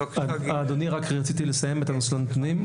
אדוני, אם אפשר רציתי לסיים בנושא הנתונים.